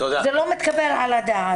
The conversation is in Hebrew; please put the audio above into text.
זה לא מתקבל על הדעת.